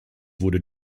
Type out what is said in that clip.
wurde